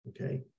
Okay